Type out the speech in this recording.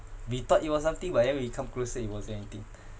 we thought it was something but then when we come closer it wasn't anything